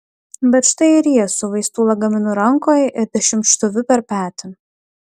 bet štai ir ji su vaistų lagaminu rankoj ir dešimtšūviu per petį